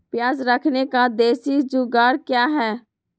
प्याज रखने का देसी जुगाड़ क्या है?